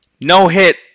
no-hit